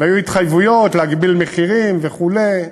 והיו התחייבויות להגביל מחירים וכו'.